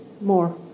more